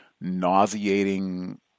nauseating